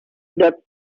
that